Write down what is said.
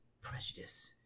prejudice